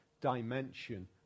dimension